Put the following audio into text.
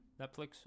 Netflix